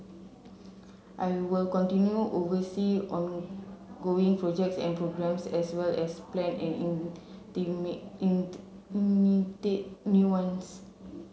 I will continue oversee ongoing projects and programmes as well as plan and new ones